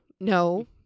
no